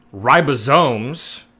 ribosomes